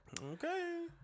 Okay